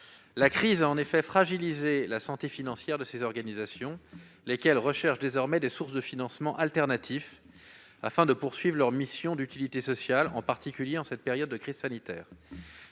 La crise a fragilisé la santé financière de ces organisations, lesquelles recherchent désormais des sources de financements alternatifs afin de poursuivre leurs missions d'utilité sociale, en particulier en cette période de crise sanitaire.